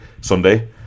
Sunday